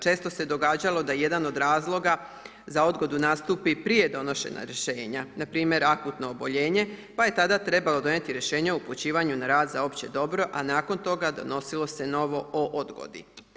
Često se događalo da jedan od razloga za odgoda nastupi prije donošenje rješenja, npr. akutno oboljenje, pa je tada trebalo donijeti rješenje o upućivanju na rad za opće dobro, a nakon toga donosilo se novo o odgodi.